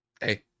Hey